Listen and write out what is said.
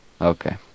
Okay